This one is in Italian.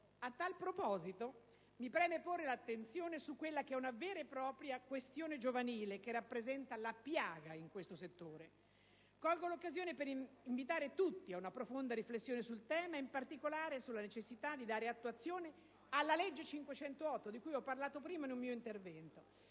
A tal proposito, mi preme porre l'attenzione su quella che è una vera e propria questione giovanile che rappresenta una piaga in questo settore. Colgo l'occasione per invitare tutti ad una profonda riflessione sul tema: in particolare, sulla necessità di dare attuazione alla legge n. 508 del 1999 di cui ho parlato nel mio precedente intervento.